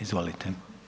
Izvolite.